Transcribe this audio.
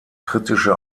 kritische